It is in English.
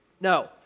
No